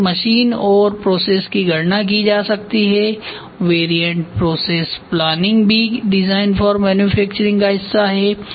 फिर मशीन और प्रोसेस की गणना की जा सकती है वेरिएंट प्रोसेस प्लानिंग भी डिज़ाइन फॉर मैन्युफैक्चरिंग का हिस्सा है